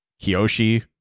Kiyoshi